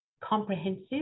comprehensive